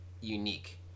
unique